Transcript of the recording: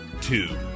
two